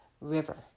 River